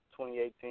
2018